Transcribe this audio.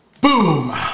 Boom